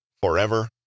forever